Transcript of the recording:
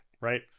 right